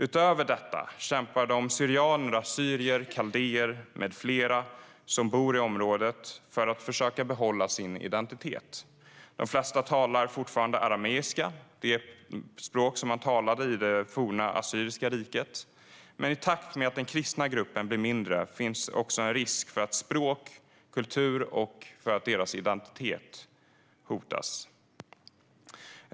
Utöver detta kämpar de syrianer, assyrier, kaldéer med flera som bor i området för att försöka behålla sin identitet. De flesta talar fortfarande arameiska, det språk som man talade i det forna assyriska riket. Men i takt med att den kristna gruppen blir mindre finns också en risk för att dess språk, kultur och identitet hotas.